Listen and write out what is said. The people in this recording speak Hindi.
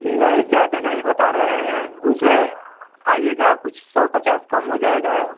नहीं ज़्यादा नहीं बता रहे हैं उसमें आइएगा कुछ सौ पचास कम हो जाएगा